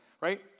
right